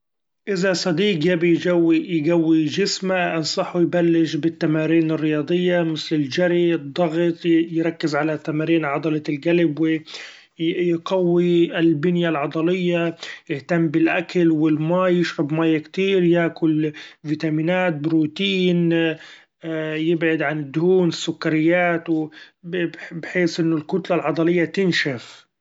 إذا صديق يبي يقوي- يقوي چسمه، أنصحه يبلش بالتمارين الرياضية مثل الچري الضغط ، يركز علي تمارين عضلة القلب ويقوي البنية العضلية ، يهتم بالاكل والمي يشرب مأية كتير ياكل فيتامينات بروتين ‹ hesitate › يبعد عن الدهون السكريات ، وب-بحيث إنه الكتلة العضلية تنشف.